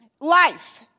Life